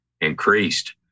increased